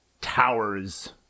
towers